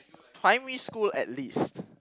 primary school at least